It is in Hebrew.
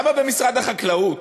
אבל למה במשרד החקלאות